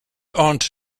aunt